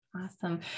Awesome